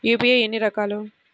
UPI ఎన్ని రకాలు?